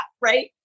Right